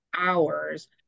hours